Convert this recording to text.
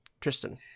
tristan